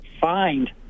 find